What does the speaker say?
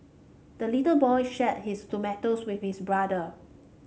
the little boy shared his tomatoes with his brother